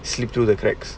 slip through the cracks